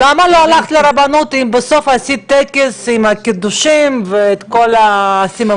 למה לא הלכת לרבנות אם בסוף עשית טקס עם הקידושין וכל הסממנים?